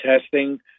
testing